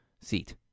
seat